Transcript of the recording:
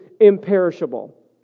imperishable